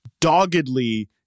doggedly